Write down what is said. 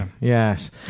Yes